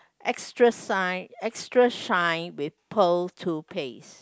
extra sign extra shine with pearl toothpaste